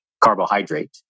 carbohydrate